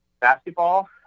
basketball